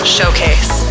Showcase